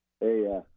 Hey